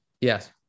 yes